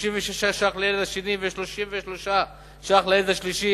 36 שקלים לילד השני, ו-33 שקלים לילד השלישי.